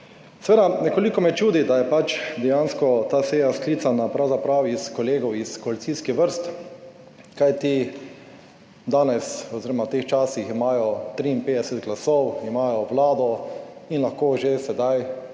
Seveda nekoliko me čudi, da je dejansko ta seja sklicana pravzaprav iz kolegov iz koalicijskih vrst, kajti danes oziroma v teh časih imajo 53 glasov, imajo vlado in lahko že sedaj